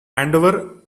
andover